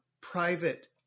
private